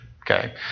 Okay